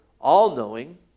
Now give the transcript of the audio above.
all-knowing